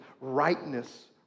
rightness